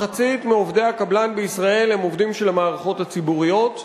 מחצית מעובדי הקבלן בישראל הם עובדים של המערכות הציבוריות,